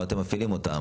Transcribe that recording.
לא אתם מפעילים אותם,